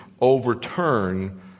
overturn